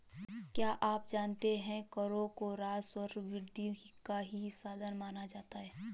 क्या आप जानते है करों को राजस्व वृद्धि का ही साधन माना जाता है?